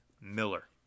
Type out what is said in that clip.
Miller